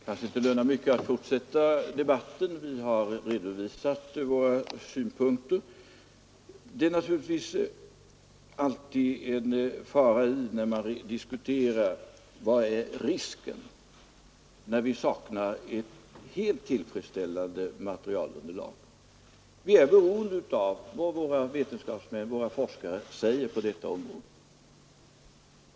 Herr talman! Det lönar sig kanske inte mycket att fortsätta denna debatt. Det är naturligtvis alltid en fara i att diskutera risker när man saknar ett helt tillfredsställande faktaunderlag. Vi är beroende av vad våra vetenskapsmän och forskare säger på detta område.